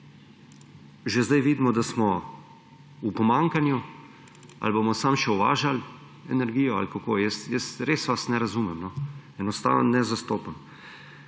že zdaj vidimo, da smo v pomanjkanju. Ali bomo samo še uvažali energijo ali kako? Res vas ne razumem. Enostavno ne zastopim.